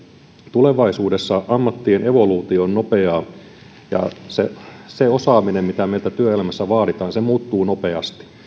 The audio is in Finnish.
tulevaisuudessa ammattien evoluutio on nopeaa ja se osaaminen mitä meiltä työelämässä vaaditaan muuttuu nopeasti